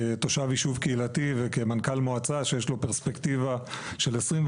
כתושב יישוב קהילתי וכמנכ"ל מועצה שיש לו פרספקטיבה של 24